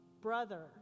brother